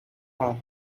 her